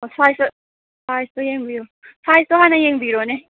ꯑ ꯁꯥꯏꯁꯇ ꯁꯥꯏꯁꯇꯣ ꯌꯦꯡꯕꯤꯌꯣ ꯁꯥꯏꯁꯇꯣ ꯍꯥꯟꯅ ꯌꯦꯡꯕꯤꯔꯣꯅꯦ